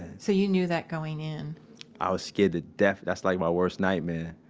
so you knew that going in i was scared to death, that's like my worst nightmare.